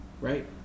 right